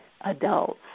adults